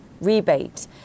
rebate